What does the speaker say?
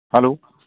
hello